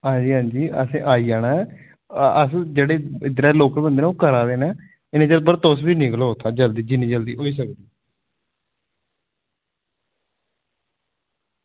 आं जी आं जी असें आई जाना ऐ अस जेह्ड़े इद्धर दे लोकल बंदे ओह् करा दे न तुस बी निकलो उत्थां जल्दी जिन्नी जल्दी होई सकदा